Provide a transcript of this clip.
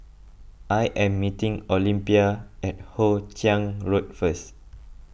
I am meeting Olympia at Hoe Chiang Road first